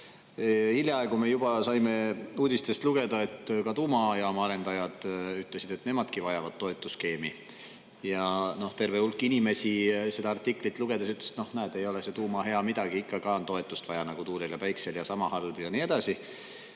Hiljaaegu me juba saime uudistest lugeda, et ka tuumajaama arendajad ütlesid, et nemadki vajavad toetusskeemi. Terve hulk inimesi ütles pärast selle artiklit lugemist, et näed, ei ole see tuuma hea midagi, ikka ka on toetust vaja nagu tuulel ja päiksel ja see on sama halb ja nii edasi.